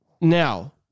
Now